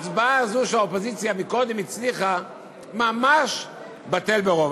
ההצבעה הזו שהאופוזיציה קודם הצליחה בה ממש בטלה ברוב.